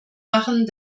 machen